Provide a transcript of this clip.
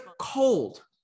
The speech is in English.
cold